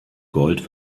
gold